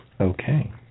Okay